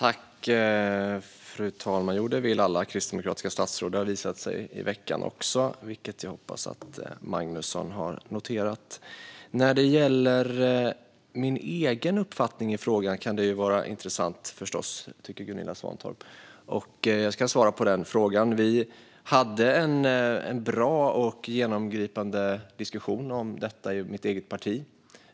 Fru talman! Jo, det vill alla kristdemokratiska statsråd. Det har också visat sig i veckan, vilket jag hoppas att Magnusson har noterat. Min egen uppfattning i frågan kan förstås vara intressant, tycker Gunilla Svantorp. Jag ska svara på frågan. Vi hade en bra och genomgripande diskussion om detta i mitt eget parti.